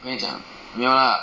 我恨你讲没有 lah